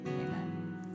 amen